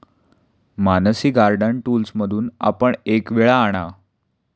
Mansi garden टूल्समधून आपण एक विळा आणा